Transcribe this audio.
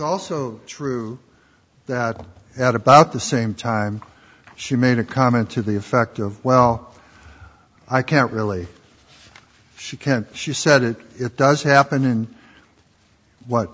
also true that at about the same time she made a comment to the effect of well i can't really she can't she said it it does happen in what